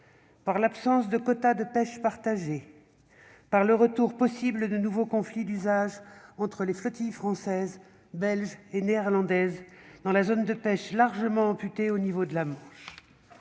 par l'absence de quotas de pêche partagés et par le retour possible de nouveaux conflits d'usage entre les flottilles françaises, belges et néerlandaises dans la zone de pêche largement amputée au niveau de la Manche.